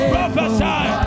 Prophesy